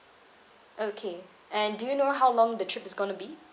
okay and do you know how long the trip is gonna be